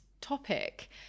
topic